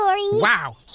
Wow